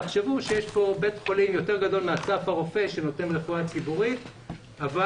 תחשבו שיש כאן בית חולים יותר גדול מאסף הרופא שנותן רפואה ציבורית אבל